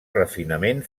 refinament